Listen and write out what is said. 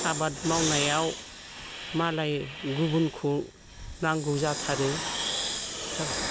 आबाद मावनायाव मालाय गुबुनखौ नांगौ जाथारो जाबाय